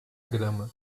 grama